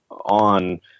on